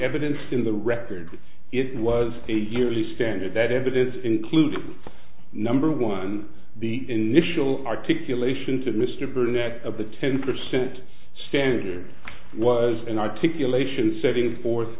evidence in the record it was a yearly standard that evidence includes number one the initial articulation to mr burnett of the ten percent standard was an articulation setting forth